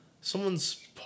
someone's